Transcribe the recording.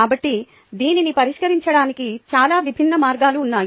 కాబట్టి దీనిని పరిష్కరించడానికి చాలా విభిన్న మార్గాలు ఉన్నాయి